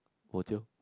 bo jio